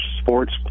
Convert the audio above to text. sports